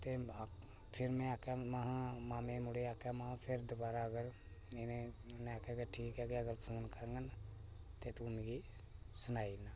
ते फिर में आक्खेआ महां मामे दे मुड़े गी आखेआ ते फिर दोबारै अगर फोन करङन ते तू मिगी सनाई ओड़ना